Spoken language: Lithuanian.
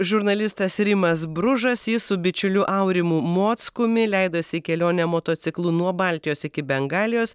žurnalistas rimas bružas jis su bičiuliu aurimu mockumi leidosi į kelionę motociklu nuo baltijos iki bengalijos